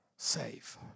Save